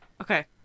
Okay